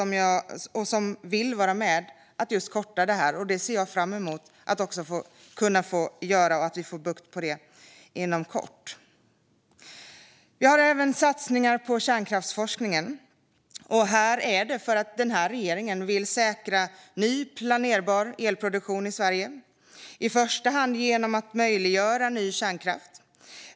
Man vill vara med och korta tillståndsprocesserna, och jag ser fram emot att kunna göra det. Vi behöver få bukt med detta inom kort. Vi har även satsningar på kärnkraftsforskningen. Det handlar om att regeringen vill säkra ny planerbar elproduktion i Sverige, i första hand genom att möjliggöra ny kärnkraft.